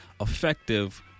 effective